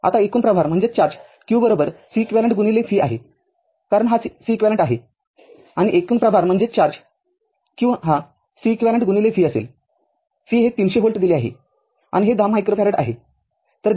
आताएकूण प्रभार q Ceq v आहे कारण हा Ceq आहे आणि एकूण प्रभार q हा Ceq v असेल v हे ३०० व्होल्ट दिले आहे आणि हे १० मायक्रोफॅरेड आहे